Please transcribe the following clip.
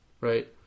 right